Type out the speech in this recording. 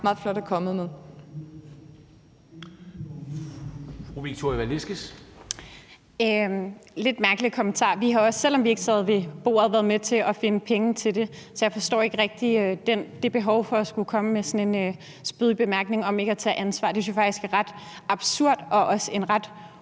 meget flot er kommet med.